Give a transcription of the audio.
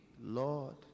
Lord